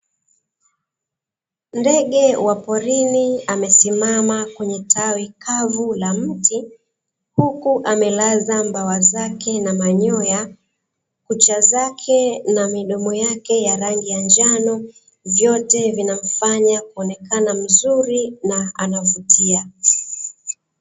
Ndege wa porini amesimama kwenye tawi kavu la mti, huku amelaza mbawa zake na manyoya, kucha zake na midomo yake ya rangi ya njano, vyote vinamfanya kuonekana mzuri na anavutia.